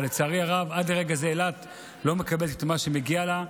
אבל לצערי הרב עד לרגע זה אילת לא מקבלת את מה שמגיע לה.